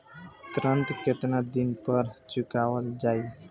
ऋण केतना दिन पर चुकवाल जाइ?